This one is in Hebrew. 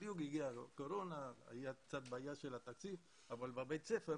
בדיוק הגיעה הקורונה, היו לחצים, אבל בבית הספר